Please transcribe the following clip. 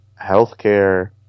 healthcare